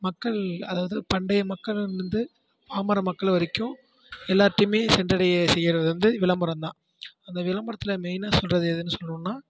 மக்கள் அதாவது பண்டைய மக்கள் வந்து பாமர மக்கள் வரைக்கும் எல்லார்ட்டையுமே சென்றடைய செய்யுறது வந்து விளம்பரம்தான் அந்த விளம்பரத்தில் மெயினாக சொல்கிறது எதுன்னு சொல்லணுனா